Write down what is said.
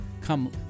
Come